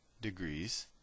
degrees